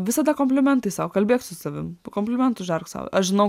visada komplimentai sau kalbėk su savim komplimentus žerk sau aš žinau